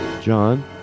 John